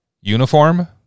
Uniform